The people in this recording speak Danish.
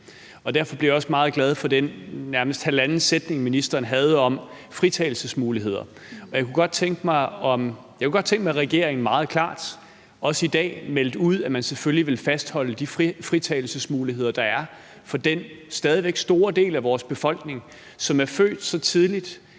Derfor blev jeg også meget glad for den nærmest halvanden sætning, ministeren havde om fritagelsesmuligheder. Jeg kunne godt tænke mig, at regeringen meget klart, også i dag, meldte ud, at man selvfølgelig vil fastholde de fritagelsesmuligheder, der er for den stadig væk store del af vores befolkning, som er født så tidligt,